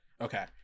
okay